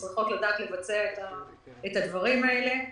שצריכות לדעת לבצע את הדברים האלה.